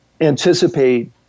anticipate